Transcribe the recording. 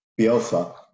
Bielsa